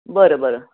बरं बरं